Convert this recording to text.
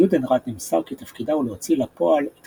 ליודנראט נמסר כי תפקידה הוא להוציא לפועל את